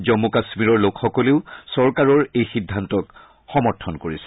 জম্মু কাশ্মীৰৰ লোকসকলেও চৰাকৰৰ এই সিদ্ধান্তক সমৰ্থন কৰিছে